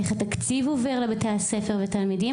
איך התקציב עובר לבתי הספר ולתלמידים.